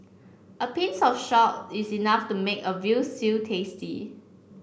a pinch of salt is enough to make a veal stew tasty